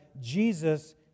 Jesus